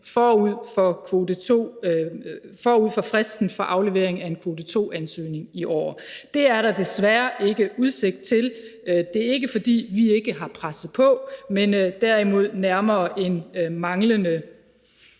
forud for fristen for aflevering af en kvote 2-ansøgning i år. Det er der desværre ikke udsigt til. Det er ikke, fordi vi ikke har presset på, men derimod nærmere en manglende